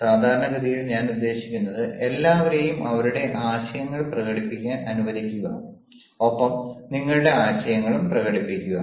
സാധാരണഗതിയിൽ ഞാൻ ഉദ്ദേശിക്കുന്നത് എല്ലാവരേയും അവരുടെ ആശയങ്ങൾ പ്രകടിപ്പിക്കാൻ അനുവദിക്കുക ഒപ്പം നിങ്ങളുടെ ആശയങ്ങളും പ്രകടിപ്പിക്കുക